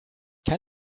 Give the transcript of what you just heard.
kann